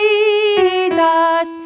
Jesus